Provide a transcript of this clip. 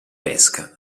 pesca